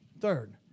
third